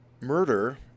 murder